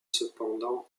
cependant